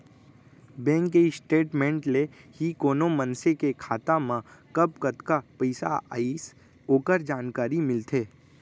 bank के statement ले ही कोनो मनसे के खाता मा कब कतका पइसा आइस ओकर जानकारी मिलथे